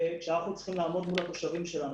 כשאנחנו צריכים לעמוד מול התושבים שלנו